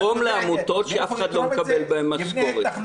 תתרום לעמותות שאף אחד לא מקבל בהן משכורת.